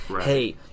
Hey